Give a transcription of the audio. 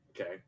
Okay